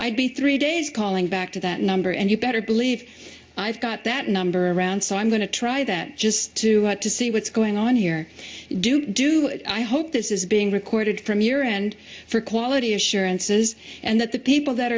i'd be three days calling back to that number and you better believe i've got that number around so i'm going to try that just to have to see what's going on here do you do it i hope this is being recorded from your end for quality assurances and that the people that